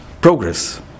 progress